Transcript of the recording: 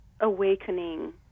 awakening